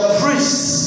priests